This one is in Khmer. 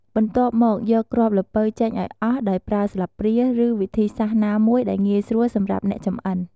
បន្ទាប់មក យកគ្រាប់ល្ពៅចេញឱ្យអស់ដោយប្រើស្លាបព្រា ឬវិធីសាស្ត្រណាមួយដែលងាយស្រួលសម្រាប់អ្នកចំអិន។